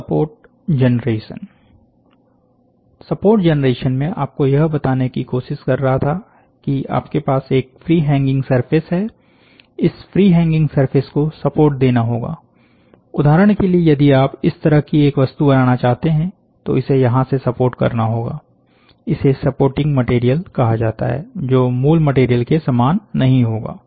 support generation support generation मैं आपको यह बताने की कोशिश कर रहा था की आपके पास एक फ्री हैंगिंग सरफेस है इस फ्री हैंगिंग सरफेस को सपोर्ट देना होगा उदाहरण के लिए यदि आप इस तरह की एक वस्तु बनाना चाहते हैं तो इसे यहां से सपोर्ट करना होगा इसे सपोर्टिंग मटेरियल कहा जाता है जो मूल मटेरियल के सामान नहीं होगा